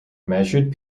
measured